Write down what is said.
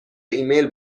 ایمیل